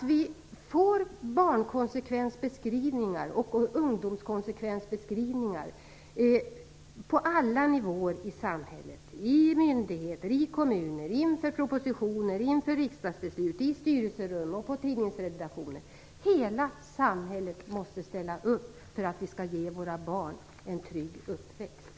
Vi måste få barnkonsekvensbeskrivningar och ungdomskonsekvensbeskrivningar på alla nivåer i samhället, t.ex. i myndigheter, kommuner, inför propositioner, inför riksdagsbeslut, i styrelserum och på tidningsredaktioner. Hela samhället måste ställa upp för att ge våra barn en trygg uppväxt.